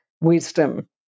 wisdom